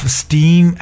steam